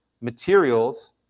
materials